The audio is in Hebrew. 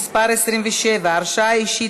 אינו נוכח,